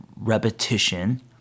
repetition